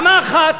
למה אחת?